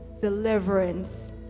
deliverance